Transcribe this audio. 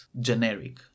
generic